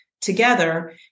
together